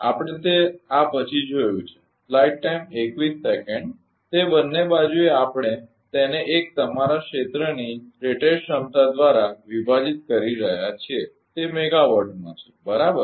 તે બંને બાજુએ આપણે તેને કે તમારા ક્ષેત્ર 1 ની રેટેડ ક્ષમતા દ્રારા વિભાજીત કરી રહ્યા છીએ તે મેગાવાટમાં છે બરાબર